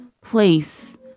place